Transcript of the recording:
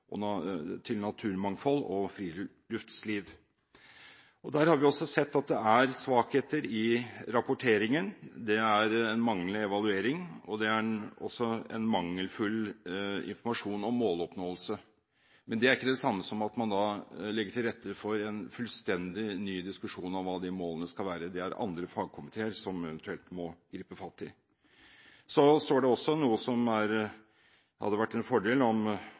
til naturmangfold og friluftsliv». Vi har sett at det er svakheter i rapporteringen. Det er manglende evaluering, og det er også mangelfull informasjon om måloppnåelse. Men det er ikke det samme som at man legger til rette for en fullstendig ny diskusjon om hva de målene skal være. Det er det andre fagkomiteer som eventuelt må gripe fatt i. Så står det også noe som det hadde vært en fordel om